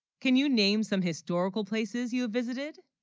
can you, name some historical places you visited